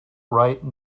right